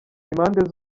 impande